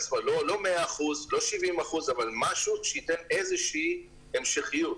לא 795, אבל משהו שייתן איזושהי המשכיות.